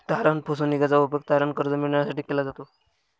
तारण फसवणूकीचा उपयोग तारण कर्ज मिळविण्यासाठी केला जातो